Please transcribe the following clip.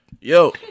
Yo